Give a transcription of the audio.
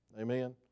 Amen